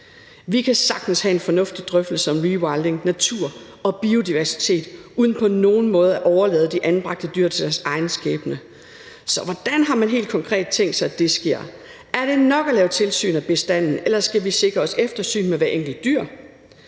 Vi kan sagtens have en fornuftig drøftelse om rewilding, natur og biodiversitet uden på nogen måde at overlade de anbragte dyr til deres egen skæbne. Så hvordan har man helt konkret tænkt sig det skal ske? Er det nok at lave tilsyn af bestanden, eller skal vi sikre os eftersyn med hvert enkelt dyr?